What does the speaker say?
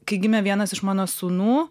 kai gimė vienas iš mano sūnų